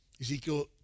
Ezekiel